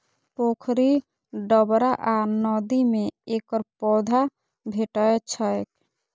पोखरि, डबरा आ नदी मे एकर पौधा भेटै छैक